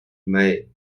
may